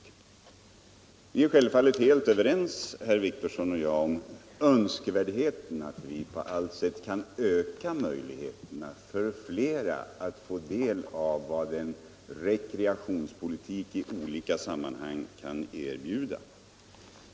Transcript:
Självfallet är herr Wictorsson och jag helt överens om önskvärdheten av att på allt sätt öka möjligheterna för flera att få del av vad en rekreationspolitik i olika sammanhang kan erbjuda.